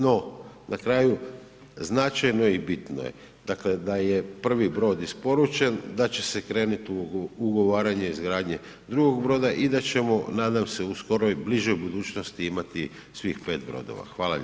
No, na kraju, značajno je i bitno je, dakle da je prvi brod isporučen, da će se krenuti u ugovaranje izgradnje drugog broda i da ćemo, nadam se uskoro i bližoj budućnosti imati svih 5 brodova.